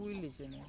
ᱠᱩᱭᱞᱤ ᱪᱮᱬᱮ